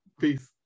Peace